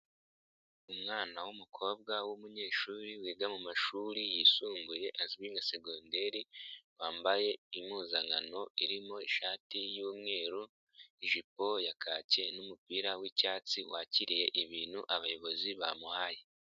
Umwana w'umukobwa w'umunyeshuri wiga mu mashuri yisumbuye azwi nka segoderi, wambaye impuzankano irimo ishati y'umweru, ijipo ya kake n'umupira w'icyatsi wakiriye ibintu abayobozi bamuhaye.